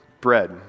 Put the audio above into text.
bread